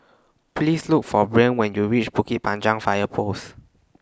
Please Look For Brien when YOU REACH Bukit Panjang Fire Post